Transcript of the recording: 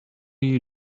you